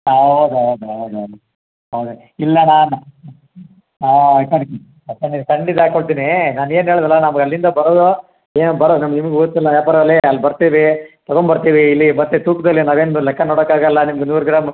ಹಾಂ ಹೌದ್ ಹೌದ್ ಹೌದ್ ಹೌದ್ ಹೌದೇ ಇಲ್ಲಣ್ಣ ನಾನು ಹ್ಞೂ ಹ್ಞೂ ಖಂಡಿತ ಖಂಡಿತ ಹಾಕ್ ಕೊಡ್ತೀನಿ ನಾನು ಏನು ಹೇಳ್ದಲ್ಲ ನಮ್ಗೆ ಅಲ್ಲಿಂದ ಬರೋದು ಏನು ಬರೋ ನಮ್ಗೆ ನಿಮ್ಗೆ ವ್ಯಾಪಾರಲ್ಲಿ ಅಲ್ಲಿ ಬರ್ತೀವಿ ತಗೊಂಡ್ಬರ್ತೀವಿ ಇಲ್ಲಿ ಮತ್ತು ತೂಕದಲ್ಲಿ ನಾವೇನು ಲೆಕ್ಕ ನೋಡೋಕ್ಕಾಗಲ್ಲ ನಿಮ್ಮದು ನೂರು ಗ್ರಾಮು